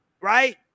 right